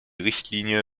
richtlinie